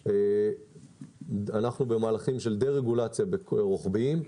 אנחנו במהלכים של דה-רגולציה רוחביים.